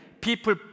people